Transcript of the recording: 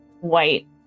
white